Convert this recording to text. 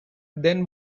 then